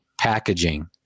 packaging